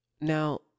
Now